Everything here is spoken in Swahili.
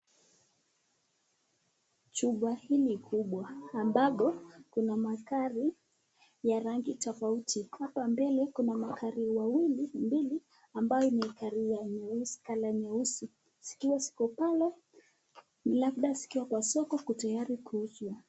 Jumba hili kubwa ambapk kuna magari ya rangi tofauti, hapa mbele kuna magari mbili ambapo ni ya rangi nyeusi zikiwa ziko pale labda ziko soko zikiwa tayari kuuzwa.